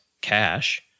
Cash